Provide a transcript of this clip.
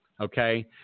okay